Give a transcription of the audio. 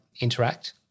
interact